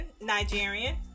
Nigerian